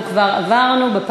אז תגיד שאתה מבטל.